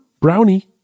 brownie